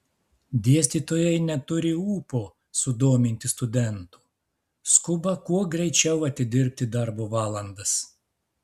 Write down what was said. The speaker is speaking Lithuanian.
dėstytojai neturi ūpo sudominti studentų skuba kuo greičiau atidirbti darbo valandas